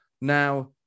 Now